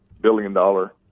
billion-dollar